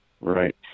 Right